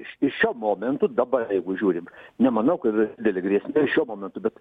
iš iš šiuo momentu dabar jeigu žiūrim nemanau kad didelė grėsmė šiuo momentu bet